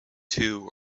two